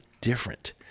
different